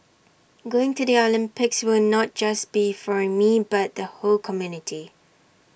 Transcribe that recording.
going to the Olympics will not just be for me but the whole community